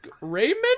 Raymond